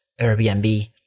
Airbnb